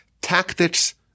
tactics